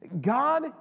God